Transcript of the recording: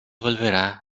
volverá